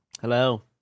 Hello